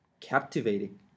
captivating